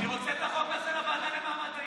אני רוצה את החוק הזה בוועדה לקידום מעמד האישה.